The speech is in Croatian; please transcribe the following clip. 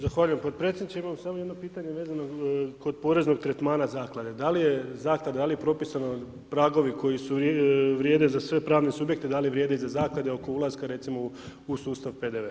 Zahvaljujem podpredsjedniče, imam samo jedno pitanje vezano kod poreznog tretmana zaklade, da li je zaklada da li je propisano pragovi koji su vrijede za sve pravne subjekte da li vrijede i za zaklade oko ulaska recimo u sustav PDV-a?